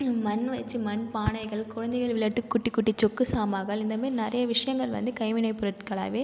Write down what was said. மண் வச்சு மண் பானைகள் குழந்தைகள் விளையாட்டு குட்டி குட்டி சொக்கு சாமான்கள் இந்தமாரி நிறைய விஷயங்கள் வந்து கைவினைப்பொருட்களாவே